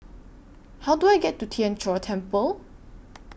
How Do I get to Tien Chor Temple